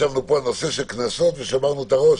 כשישבנו פה על נושא קנסות שברנו את הראש